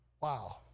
Wow